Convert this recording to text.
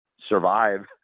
survive